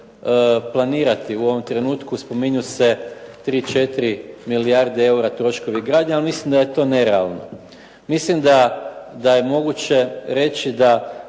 planirati, u ovom trenutku spominju se 3, 4 milijarde eura troškovi gradnje, ali mislim da je to nerealno. Mislim da je moguće reći da